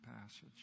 passage